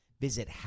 Visit